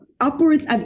upwards